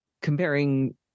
Comparing